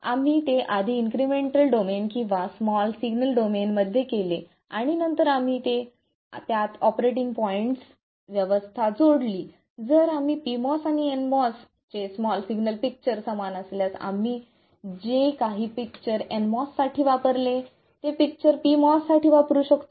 आम्ही ते आधी इन्क्रिमेंटल डोमेन किंवा स्मॉल सिग्नल डोमेनमध्ये केले आणि नंतर आम्ही आता त्यात ऑपरेटिंग पॉईंट व्यवस्था जोडली जर आम्ही pMOS आणि nMOS चे स्मॉल सिग्नल पिक्चर समान असल्यास आम्ही जे काही पिक्चर nMOS साठी वापरले ते पिक्चर pMOS साठी वापरु शकतो